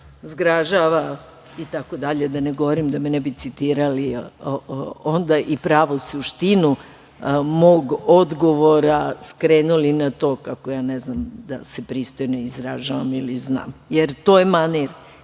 zgražava… itd, da ne govorim da me ne bi citirali onda i pravu suštinu mog odgovora skrenuli na to kako ja ne znam da se pristojno izražavam ili znam. Jer, to je manir.